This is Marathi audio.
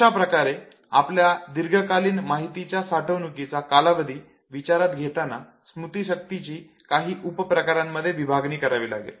अशाप्रकारे आपल्याला दीर्घकालीन माहितीच्या साठवणुकीचा कालावधी विचारात घेताना स्मृतीशक्तीची काही उप प्रकारांमध्ये विभागणी करावी लागेल